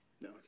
no